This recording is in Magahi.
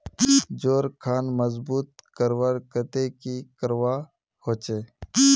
जोड़ खान मजबूत करवार केते की करवा होचए?